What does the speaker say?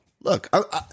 look